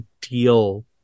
deal